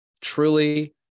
truly